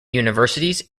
universities